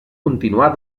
continuar